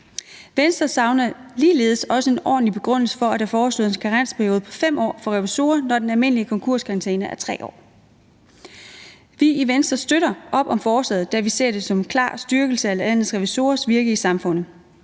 Venstre savner ligeledes en ordentlig begrundelse for, at der foreslås en karensperiode på 5 år for revisorer, når den almindelige konkurskarantæne er 3 år. Vi i Venstre støtter op om forslaget, da vi ser det som en klar styrkelse af landets revisorers virke i samfundet,